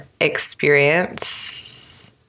experience